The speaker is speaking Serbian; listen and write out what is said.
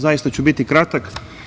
Zaista ću biti kratak.